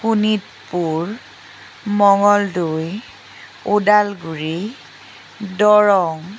Sonitpur Mangaldoi Udalguri Darrang